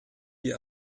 die